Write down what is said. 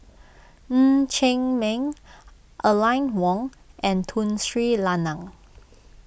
Ng Chee Meng Aline Wong and Tun Sri Lanang